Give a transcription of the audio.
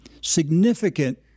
significant